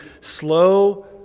slow